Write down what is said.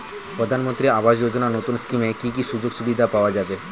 প্রধানমন্ত্রী আবাস যোজনা নতুন স্কিমে কি কি সুযোগ সুবিধা পাওয়া যাবে?